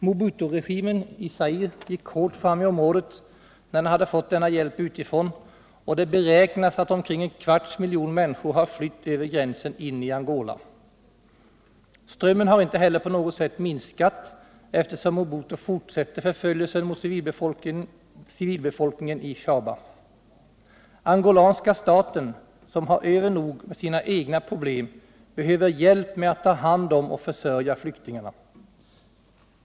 Mobuturegimen i Zaire gick hårt fram i området när den hade fått denna hjälp utifrån, och det beräknas att omkring en kvarts miljon människor har flytt över gränsen in i Angola. Flyktingströmmen har inte heller på något sätt minskat, eftersom Mobutu fortsätter förföljelsen mot civilbefolkningen i Shaba. Angolanska staten som har mer än nog med sina egna problem behöver hjälp med att ta hand om och försörja flyktingarna.